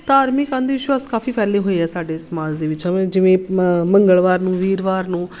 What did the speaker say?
ਧਾਰਮਿਕ ਅੰਧ ਵਿਸ਼ਵਾਸ ਕਾਫੀ ਫੈਲੇ ਹੋਏ ਆ ਸਾਡੇ ਸਮਾਜ ਦੇ ਵਿੱਚ ਹਮੇ ਜਿਵੇਂ ਮ ਮੰਗਲਵਾਰ ਨੂੰ ਵੀਰਵਾਰ ਨੂੰ